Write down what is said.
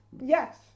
Yes